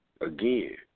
again